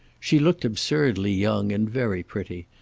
she looked absurdly young and very pretty,